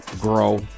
grow